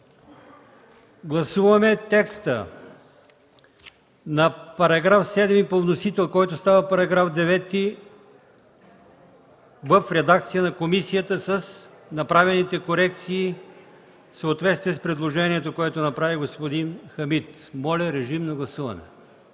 Гласуваме текста на § 7 по вносител, който става § 9, в редакцията на комисията, с направените корекции в съответствие с предложението, което направи господин Хамид. Моля, гласувайте.